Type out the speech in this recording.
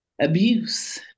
abuse